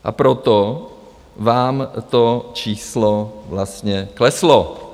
A proto vám to číslo vlastně kleslo.